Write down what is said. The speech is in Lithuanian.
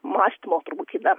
mąstymo turbūt kaip dar